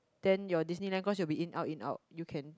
then your Disneyland cause you will be in out in out you can